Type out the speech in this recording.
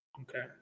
Okay